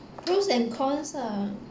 pros and cons lah